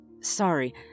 Sorry